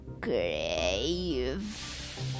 grave